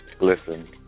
Listen